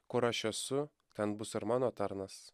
kur aš esu ten bus ir mano tarnas